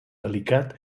delicat